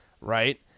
Right